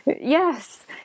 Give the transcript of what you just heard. Yes